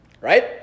Right